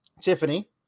Tiffany